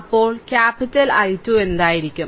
അപ്പോൾ capital I2 എന്തായിരിക്കും